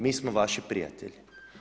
Mi smo vaši prijatelji.